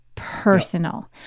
personal